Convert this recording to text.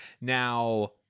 Now